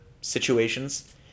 situations